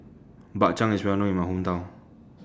Bak Chang IS Well known in My Hometown